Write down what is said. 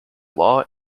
law